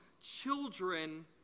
children